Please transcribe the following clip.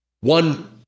One